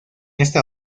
esta